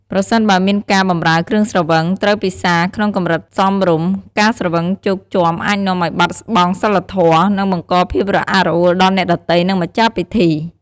ប្រសិនបើមានការបម្រើគ្រឿងស្រវឹង ត្រូវពិសារក្នុងកម្រិតសមរម្យ ការស្រវឹងជោគជាំអាចនាំឱ្យបាត់បង់សីលធម៌ និងបង្កភាពរអាក់រអួលដល់អ្នកដទៃ និងម្ចាស់ពិធី។